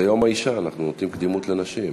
זה יום האישה, אנחנו נותנים קדימות לנשים.